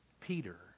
Peter